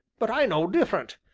but i know different.